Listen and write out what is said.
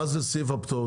מה זה סעיף הפטור?